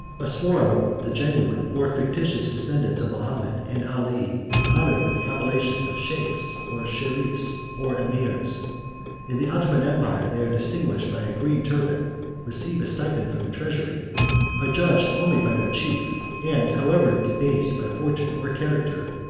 a swarm of the genuine or fictitious descendants of mahomet and ali is honored with the appellation of sheiks, or sherifs, or emirs. in the ottoman empire they are distinguished by a green turban receive a stipend from the treasury are judged only by their chief and, however debased by fortune or character,